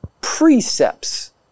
precepts